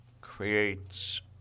creates